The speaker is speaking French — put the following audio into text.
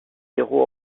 héros